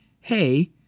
hey